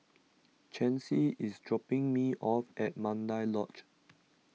Chancy is dropping me off at Mandai Lodge